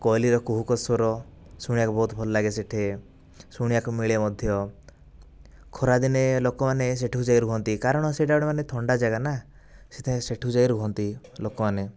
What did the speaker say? କୋଇଲିର କୁହୁ ସ୍ୱର ଶୁଣିବାକୁ ବହୁତ ଭଲ ଲାଗେ ସେ'ଠି ଶୁଣିବାକୁ ମିଳେ ମଧ୍ୟ ଖରାଦିନେ ଲୋକମାନେ ସେ'ଠିକୁ ଯାଇକି ରୁହନ୍ତି ମଧ୍ୟ କାରଣ ସେ'ଟା ଗୋଟିଏ ମାନେ ଥଣ୍ଡା ଜାଗା ନା ସେଥିପାଇଁ ସେ'ଠିକୁ ଯାଇ ରୁହନ୍ତି ଲୋକମାନେ